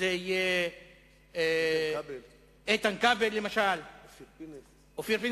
שזה יהיה איתן כבל, למשל, אופיר פינס.